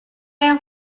yang